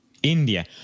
India